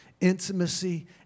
intimacy